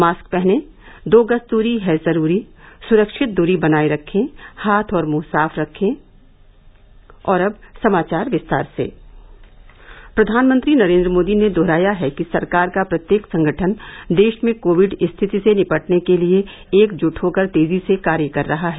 mask पहनें दो गज दूरी है जरूरी सुरक्षित दूरी बनाये रखें हाथ और मुंह साफ रखें अब समाचार विस्तार से प्रधानमंत्री नरेन्द्र मोदी ने दोहराया है कि सरकार का प्रत्येक संगठन देश में कोविड स्थिति से निपटने के लिए एकजुट होकर तेजी से कार्य कर रहा है